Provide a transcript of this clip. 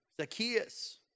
Zacchaeus